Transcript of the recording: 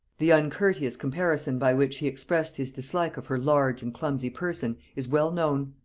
the uncourteous comparison by which he expressed his dislike of her large and clumsy person is well known.